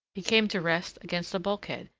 he came to rest against a bulkhead,